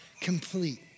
complete